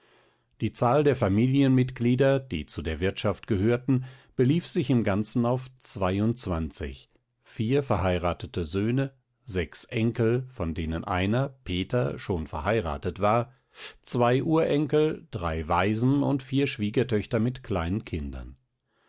die zahl der familienmitglieder die zu der wirtschaft gehörten belief sich im ganzen auf zweiundzwanzig vier verheiratete söhne sechs enkel von denen einer peter schon verheiratet war zwei urenkel drei waisen und vier schwiegertöchter mit kleinen kindern